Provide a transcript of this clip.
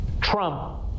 Trump